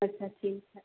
अच्छा ठीक है